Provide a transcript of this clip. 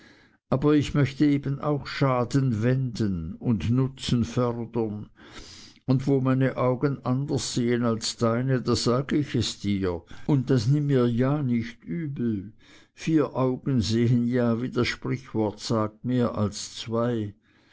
aber ich möchte eben auch schaden wenden und nutzen fördern und wo meine augen anders sehen als deine da sage ich es dir und das nimm mir ja nicht übel vier augen sehen ja wie das sprüchwort sagt mehr als zwei